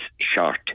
short